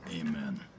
Amen